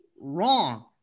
wrong